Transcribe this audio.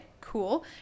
cool